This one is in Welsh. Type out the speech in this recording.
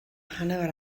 hanner